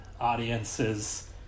audiences